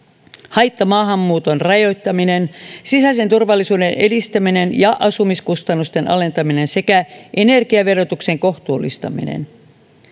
haittamaahanmuuton rajoittaminen sisäisen turvallisuuden edistäminen ja asumiskustannusten alentaminen sekä energiaverotuksen kohtuullistaminen